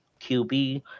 QB